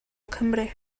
cymru